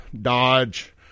Dodge